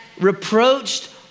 reproached